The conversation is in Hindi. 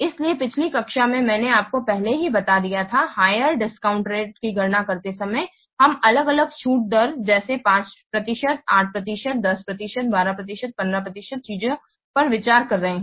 इसलिए पिछली कक्षा में मैंने आपको पहले ही बता दिया था हायर डिस्काउंट रेट की गणना करते समय हम अलग अलग छूट दर जैसे 5 प्रतिशत 8 प्रतिशत 10 प्रतिशत 12 प्रतिशत या 15 प्रतिशत चीजों पर विचार कर रहे हैं